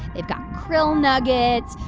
they've got krill nuggets,